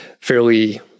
fairly